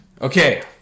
Okay